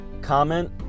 comment